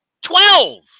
Twelve